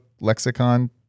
lexicon